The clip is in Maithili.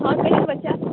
हॅं दै तऽ छथिन